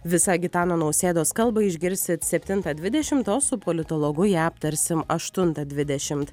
visą gitano nausėdos kalbą išgirsit septintą dvidešimt o su politologu ją aptarsim aštuntą dvidešimt